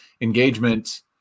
engagement